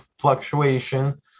fluctuation